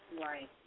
Right